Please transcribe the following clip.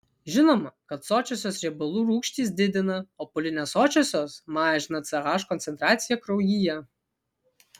žinoma kad sočiosios riebalų rūgštys didina o polinesočiosios mažina ch koncentraciją kraujyje